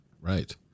Right